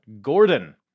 Gordon